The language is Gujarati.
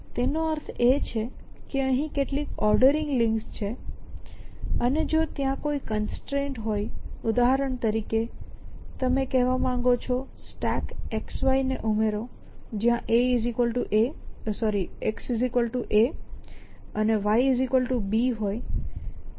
અને તેનો અર્થ એ છે કે અહીં કેટલીક ઓર્ડરિંગ લિંક છે અને જો ત્યાં કોઈ કન્સ્ટ્રેઇન્ટ્સ હોય ઉદાહરણ તરીકે તમે કહેવા માંગો છો Stackxy ને ઉમેરો જ્યાં xA અને yB હોય